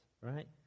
right